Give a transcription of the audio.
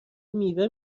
میوه